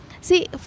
See